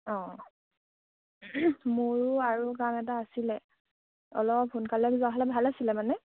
অঁ মোৰো আৰু কাম এটা আছিলে অলপ সোনকালে যোৱা হ'লে ভাল আছিলে মানে